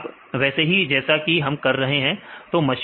तो आप वैसे ही करें जैसा हम कर रहे हैं समय देखें 2322